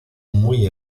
muy